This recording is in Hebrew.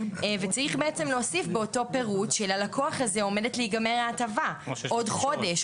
וצריך בעצם להוסיף באותו פירוט שללקוח הזה עומדת להיגמר ההטבה עוד חודש,